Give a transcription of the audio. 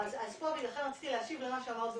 לכן רציתי להשיב למה שאמרת בוועדה.